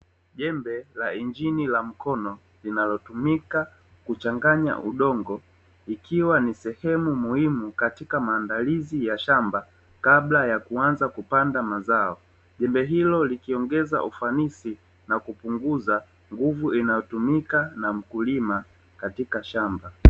Jembe la injini la mkono, linalotumika kuchanganya udongo ikiwa ni sehemu muhimu katika maandalizi ya shamba, kabla ya kuanza kupanda mazao, jembe hilo likiongeza ufanisi na kupunguza nguvu inayotumika na mkulima katika shamba.